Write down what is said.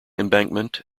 embankment